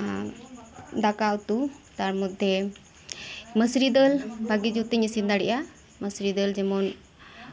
ᱮᱸᱜ ᱫᱟᱠᱟᱼᱩᱛᱩ ᱛᱟᱨ ᱢᱚᱫᱽᱫᱷᱮ ᱢᱟᱥᱨᱤ ᱟᱹᱞ ᱵᱷᱟᱹᱜᱤ ᱡᱩᱛᱤᱧ ᱤᱥᱤᱱ ᱫᱟᱲᱮᱭᱟᱜᱼᱟ ᱢᱟᱥᱨᱤ ᱫᱟᱹᱞ ᱡᱮᱢᱚᱱ